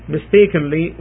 mistakenly